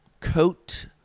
coat